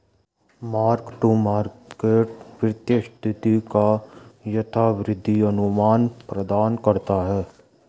mark to market वित्तीय स्थिति का यथार्थवादी अनुमान प्रदान करता है